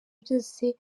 byose